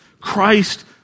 Christ